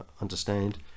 understand